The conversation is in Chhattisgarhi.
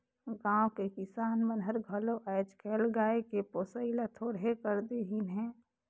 गाँव के किसान मन हर घलो आयज कायल गाय के पोसई ल थोरहें कर देहिनहे